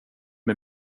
med